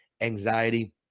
anxiety